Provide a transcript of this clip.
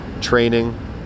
Training